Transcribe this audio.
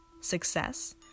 Success